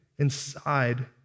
inside